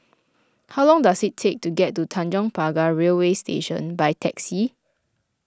how long does it take to get to Tanjong Pagar Railway Station by taxi